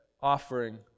offering